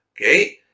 okay